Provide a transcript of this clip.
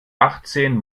achtzehn